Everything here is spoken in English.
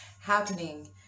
happening